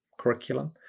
curriculum